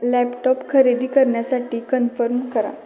laptop खरेदी करण्यासाठी confirm करा